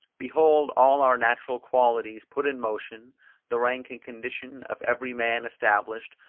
behold all our natural qualities put in motion the rank and condition of every man established,